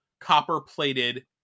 copper-plated